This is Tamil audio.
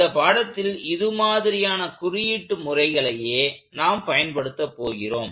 இந்த பாடத்தில் இதுமாதிரியான குறியீட்டு முறைகளையே நாம் பயன்படுத்த போகிறோம்